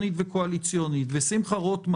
אדוני היושב-ראש, התייעצתי עם חבר הכנסת מקלב.